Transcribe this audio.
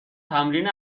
تمرین